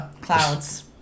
clouds